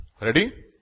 Ready